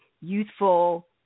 youthful